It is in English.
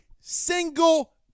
single